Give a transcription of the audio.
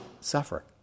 suffer